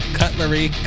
cutlery